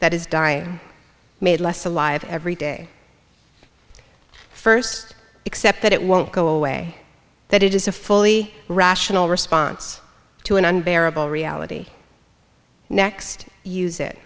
that is dying made less alive every day first except that it won't go away that it is a fully rational response to an unbearable reality next use it